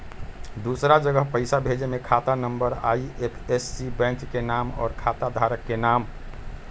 दूसरा जगह पईसा भेजे में खाता नं, आई.एफ.एस.सी, बैंक के नाम, और खाता धारक के नाम?